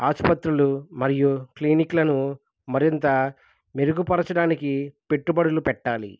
ఆసుపత్రులు మరియు క్లినిక్లను మరింత మెరుగుపరచడానికి పెట్టుబడులు పెట్టాలి